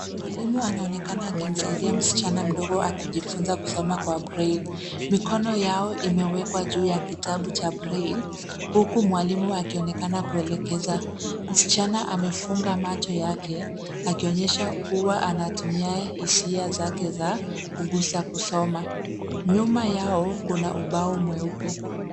Mwalimu anaonekana akimsaidia msichana mdogo akijifunza kusoma kwa braille .Mikono yao imewekwa juu ya kitabu cha braille huku mwalimu akionekana kuelekeza. Msichana amefunga macho yake akionyesha kuwa anatumia hisia zake za kugusa kusoma. Nyuma yao kuna ubao mweupe.